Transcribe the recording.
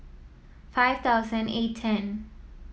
five thousand and eight ten